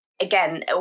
again